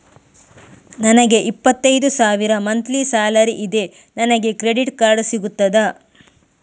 ನನಗೆ ಇಪ್ಪತ್ತೈದು ಸಾವಿರ ಮಂತ್ಲಿ ಸಾಲರಿ ಇದೆ, ನನಗೆ ಕ್ರೆಡಿಟ್ ಕಾರ್ಡ್ ಸಿಗುತ್ತದಾ?